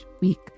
week